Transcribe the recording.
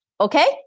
okay